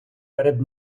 перед